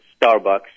Starbucks